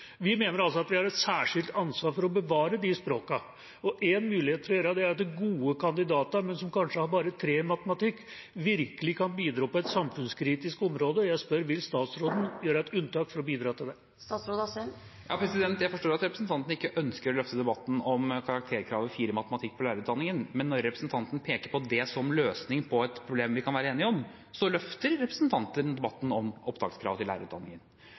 Vi mener at vi har et særskilt ansvar for å bevare de språkene, og én mulighet er at gode kandidater, men som kanskje har bare 3 i matematikk, virkelig kan bidra på et samfunnskritisk område. Jeg spør: Vil statsråden gjøre et unntak for å bidra til det? Jeg forstår at representanten ikke ønsker å løfte debatten om karakterkravet 4 i matematikk i lærerutdanningen, men når representanten peker på det som løsning på et problem vi kan være enige om, løfter representanten debatten om opptakskrav til lærerutdanningen.